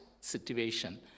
situation